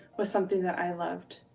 was something that i loved.